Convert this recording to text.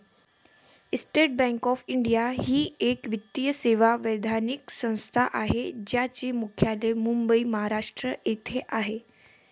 state Bank of India ही एक वित्तीय सेवा वैधानिक संस्था आहे ज्याचे मुख्यालय मुंबई, महाराष्ट्र येथे आहे